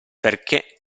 perché